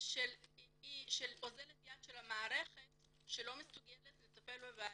של אוזלת יד של המערכת שלא מסוגלת לטפל בבעיה.